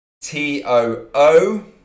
T-O-O